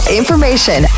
information